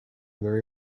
very